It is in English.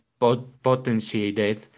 potentiated